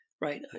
right